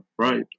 right